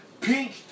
pink